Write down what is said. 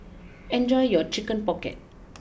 enjoy your Chicken pocket